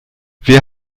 wer